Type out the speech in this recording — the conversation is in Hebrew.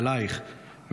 עלייך,